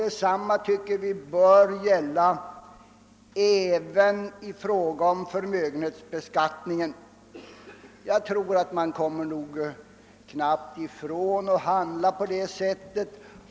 Detsamma tycker vi bör gälla även i fråga om förmögenhetsbeskattningen. Man kommer knappast ifrån att handla på det sättet.